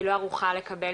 היא לא ערוכה לקבל,